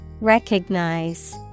Recognize